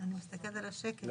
מסתכלת על השקף.